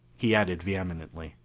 he added vehemently,